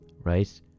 Right